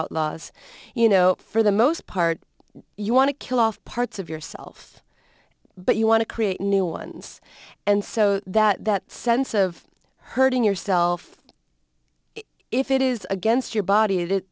outlaws you know for the most part you want to kill off parts of yourself but you want to create new ones and so that sense of hurting yourself if it is against your body